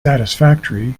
satisfactory